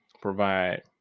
provide